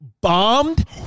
bombed